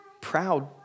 proud